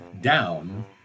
down